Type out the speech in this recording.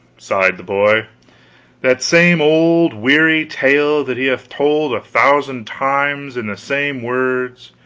sighed the boy that same old weary tale that he hath told a thousand times in the same words,